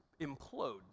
implodes